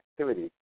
activity